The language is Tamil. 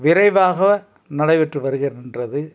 விரைவாக நடைபெற்று வருகின்றது